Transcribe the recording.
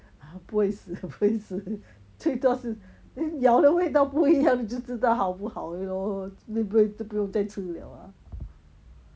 他不会死不会死就多是 then 咬了味道不一样就知道好不好而已 lor 都不用在吃了啊